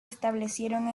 establecieron